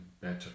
better